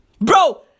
Bro